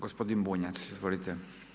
Gospodin Bunjac, izvolite.